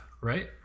right